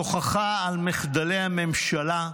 תוכחה על מחדלי הממשלה,